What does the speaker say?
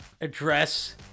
address